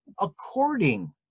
according